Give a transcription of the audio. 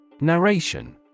Narration